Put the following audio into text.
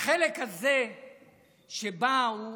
החלק הזה שבו הוא